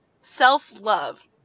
self-love